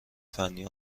فنی